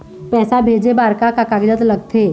पैसा भेजे बार का का कागजात लगथे?